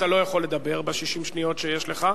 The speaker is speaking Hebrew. אתה לא יכול לדבר ב-60 שניות שיש לך,